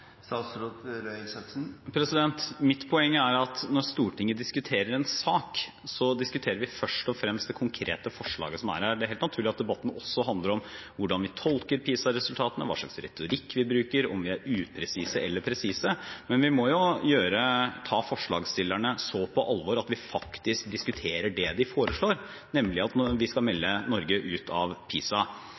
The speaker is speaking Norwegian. Mitt poeng er at når Stortinget diskuterer en sak, diskuterer vi først og fremst det konkrete forslaget som ligger her. Det er helt naturlig at debatten også handler om hvordan vi tolker PISA-resultatene, hva slags retorikk vi bruker, om vi er upresise eller presise, men vi må ta forslagsstillerne såpass på alvor at vi faktisk diskuterer det de forslår, nemlig at vi skal melde Norge ut av PISA.